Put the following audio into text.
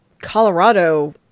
Colorado